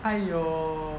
!aiyo!